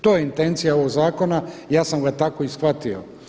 To je intencija ovoga zakona i ja sam ga tako i shvatio.